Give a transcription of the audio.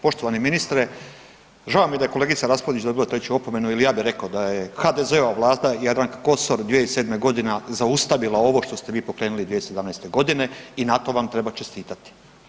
Poštovani ministre, žao mi je da je kolegica Raspudić dobila treću opomenu, jer ja bih rekao da je HDZ-a Vlada Jadranke Kosor 2007. godine zaustavila ovo što ste vi pokrenuli 2017. godine i na tome vam treba čestitati.